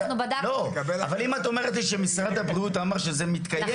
אבל אם את אומרת לי שמשרד הבריאות אומר שזה מתקיים,